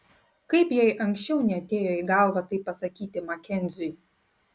kaip jai anksčiau neatėjo į galvą tai pasakyti makenziui